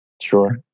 Sure